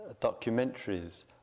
documentaries